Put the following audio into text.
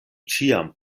ĉiam